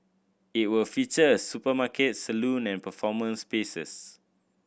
it will feature a supermarket salon and performance spaces